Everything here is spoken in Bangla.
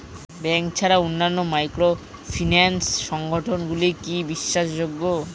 ব্যাংক ছাড়া অন্যান্য মাইক্রোফিন্যান্স সংগঠন গুলি কি বিশ্বাসযোগ্য?